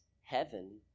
heaven